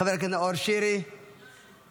חבר הכנסת נאור שירי, בבקשה.